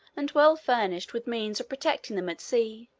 and well furnished with means of protecting them at sea,